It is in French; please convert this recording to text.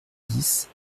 dix